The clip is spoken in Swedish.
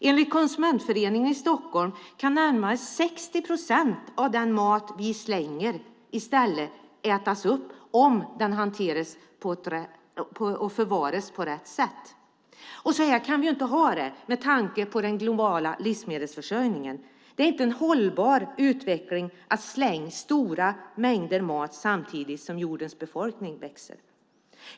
Enligt Konsumentföreningen i Stockholm kan närmare 60 procent av den mat vi slänger i stället ätas upp om den hanteras och förvaras på rätt sätt. Så här kan vi inte ha det, med tanke på den globala livsmedelsförsörjningen. Det är inte en hållbar utveckling när man slänger stora mängder mat samtidigt som jordens befolkning växer.